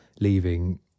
leaving